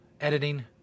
editing